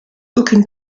aucune